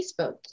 Facebook